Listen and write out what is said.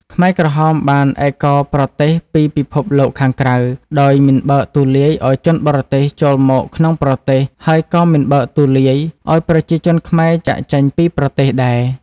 ខ្មែរក្រហមបានឯកោប្រទេសពីពិភពលោកខាងក្រៅ ដោយមិនបើកទូលាយឱ្យជនបរទេសចូលមកក្នុងប្រទេស ហើយក៏មិនបើកទូលាយឱ្យប្រជាជនខ្មែរចាកចេញពីប្រទេសដែរ។